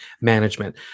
management